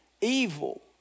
evil